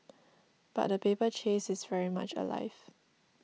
but the paper chase is very much alive